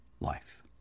life